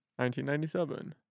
1997